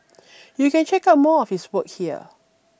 you can check out more of his work here